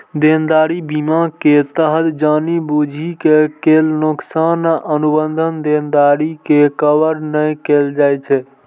देनदारी बीमा के तहत जानि बूझि के कैल नोकसान आ अनुबंध देनदारी के कवर नै कैल जाइ छै